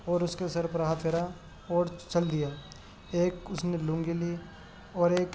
اور اس کے سر پر ہاتھ پھیرا اور چل دیا ایک اس نے لنگی لی اور ایک